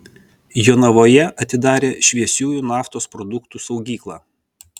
jonavoje atidarė šviesiųjų naftos produktų saugyklą